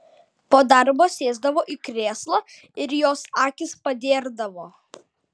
po darbo sėsdavo į krėslą ir jos akys padėrdavo